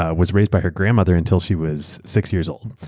ah was raised by her grandmother until she was six years old.